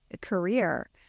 career